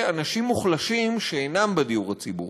אנשים מוחלשים שאינם בדיור הציבורי.